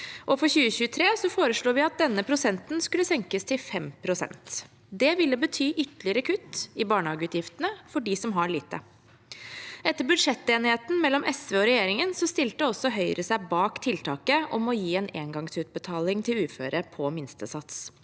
for 2023 foreslo vi at denne prosenten skulle senkes til 5 pst. Det ville bety ytterligere kutt i barnehageutgiftene for dem som har lite. Etter budsjettenigheten mellom SV og regjeringen, stilte også Høyre seg bak tiltaket om å gi en engangsutbetaling til uføre på minstesats,